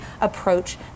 approach